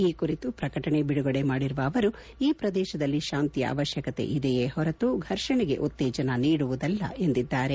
ಈ ಕುರಿತು ಪ್ರಕಟಣೆ ಬಿಡುಗಡೆ ಮಾಡಿರುವ ಅವರು ಈ ಪ್ರದೇಶದಲ್ಲಿ ಶಾಂತಿಯ ಅವಶ್ಯಕತೆ ಇದಿಯೇ ಹೊರತು ಫರ್ಷಣೆಗೆ ಉತ್ತೇಜನ ನೀಡುವುದಲ್ಲ ಎಂದಿದ್ದಾರೆ